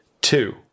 Two